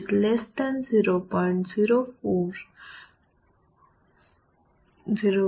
5 is less than 0